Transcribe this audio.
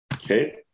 Okay